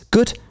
Good